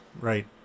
right